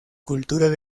cultural